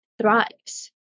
thrives